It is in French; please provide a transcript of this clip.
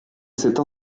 cette